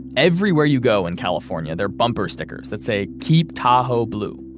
everywhere you go in california, there are bumper stickers that say, keep tahoe blue.